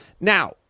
now